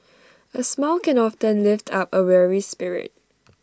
A smile can often lift up A weary spirit